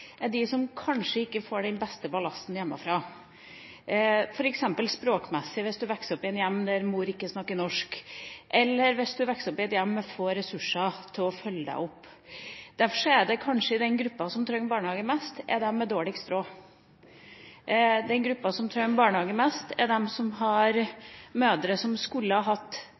er de som kanskje ikke får den beste ballasten hjemmefra, f. eks. språkmessig, hvis en vokser opp i et hjem der mor ikke snakker norsk, eller hvis en vokser opp i et hjem med få ressurser til å følge en opp. Derfor er kanskje den gruppa som trenger barnehage mest, de med dårligst råd. Den gruppa som trenger barnehage mest, er de som har mødre som skulle hatt